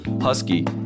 Husky